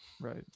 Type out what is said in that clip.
Right